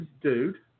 dude